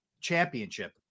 championship